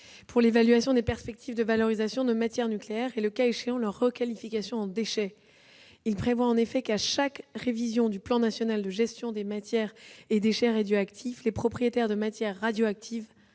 pour l'évaluation des perspectives de valorisation des matières nucléaires et, le cas échéant, leur requalification en déchets. Il prévoit en effet qu'à chaque révision du plan national de gestion des matières et déchets radioactifs, les propriétaires de matières radioactives